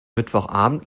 mittwochabend